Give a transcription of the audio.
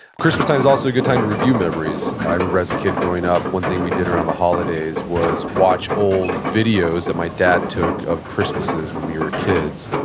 christmastime is also a good time to review memories. i remember as a kid growing up, one thing we did around the holidays was watch old videos that my dad took of christmases when we were kids,